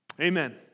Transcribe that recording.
Amen